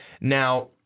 Now